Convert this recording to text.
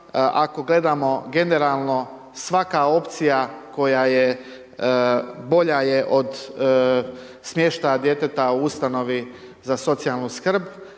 Ako gledamo generalno, svaka opcija koja je, bolja je od smještaja djeteta u Ustanovi za socijalnu skrb,